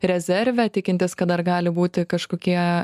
rezerve tikintis kad dar gali būti kažkokie